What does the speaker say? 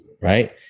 right